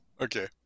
Okay